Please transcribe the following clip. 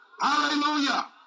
Hallelujah